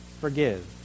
forgive